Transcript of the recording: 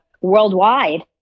worldwide